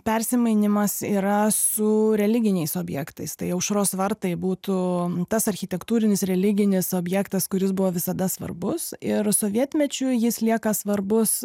persimainymas yra su religiniais objektais tai aušros vartai būtų tas architektūrinis religinis objektas kuris buvo visada svarbus ir sovietmečiu jis lieka svarbus